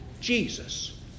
Jesus